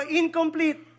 incomplete